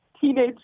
teenage